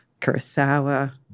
Kurosawa